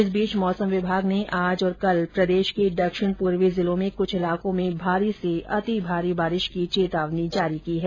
इस बीच मौसम विभाग ने आज और कल प्रदेश के दक्षिण पूर्वी जिलों में कुछ इलाकों में भारी से अति भारी बारिश की चेतावनी जारी की है